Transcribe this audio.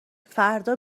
فردا